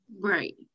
Right